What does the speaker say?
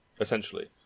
essentially